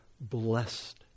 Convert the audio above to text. blessed